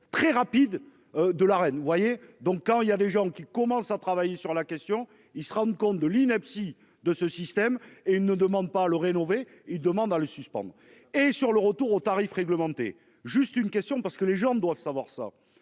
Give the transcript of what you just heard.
très rapide de la reine, vous voyez donc quand il y a des gens qui commencent à travailler sur la question. Ils se rendent compte de l'ineptie de ce système et ils ne demandent pas le rénover. Il demande à le suspendre et sur le retour au tarif réglementé, juste une question parce que les gens doivent savoir ça